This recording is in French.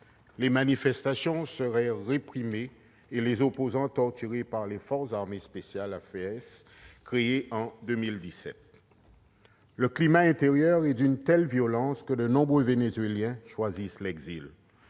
les manifestations seraient réprimées et les opposants torturés par les forces armées spéciales, les FAES, créées en 2017. Le climat intérieur est d'une telle violence que de nombreux Vénézuéliens choisissent l'exil.